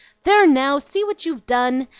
there, now see what you've done!